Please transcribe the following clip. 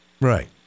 right